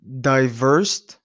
diverse